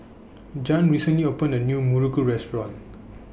Jan recently opened A New Muruku Restaurant